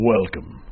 Welcome